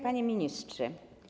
Panie Ministrze!